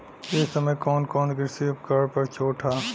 ए समय कवन कवन कृषि उपकरण पर छूट ह?